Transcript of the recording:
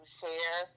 share